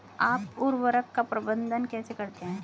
आप उर्वरक का प्रबंधन कैसे करते हैं?